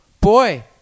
Boy